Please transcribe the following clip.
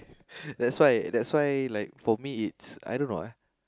that's why that's why like for me it's I don't know eh